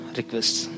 requests